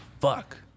fuck